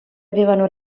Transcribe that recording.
avevano